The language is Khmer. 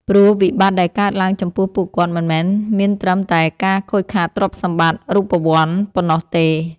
ព្រោះវិបត្តិដែលកើតឡើងចំពោះពួកគាត់មិនមែនមានត្រឹមតែការខូចខាតទ្រព្យសម្បត្តិរូបវន្តប៉ុណ្ណោះទេ។